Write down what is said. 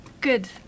Good